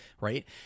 right